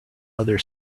other